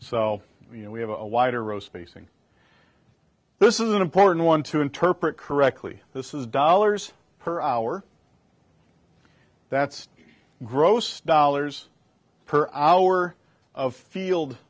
so you know we have a wider row spacing this is an important one to interpret correctly this is dollars per hour that's gross dollars per hour of field